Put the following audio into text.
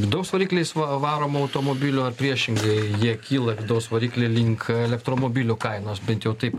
vidaus varikliais va varomų automobilių ar priešingai jie kyla vidaus variklį link elektromobilių kainos bent jau taip